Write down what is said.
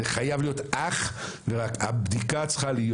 זה חייב להיות אך ורק, הבדיקה צריכה להיות